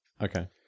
okay